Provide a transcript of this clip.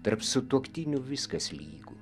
tarp sutuoktinių viskas lygu